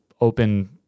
open